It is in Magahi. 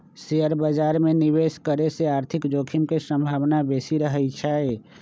शेयर बाजार में निवेश करे से आर्थिक जोखिम के संभावना बेशि रहइ छै